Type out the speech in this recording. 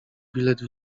bilet